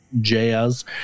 jazz